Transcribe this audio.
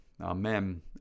Amen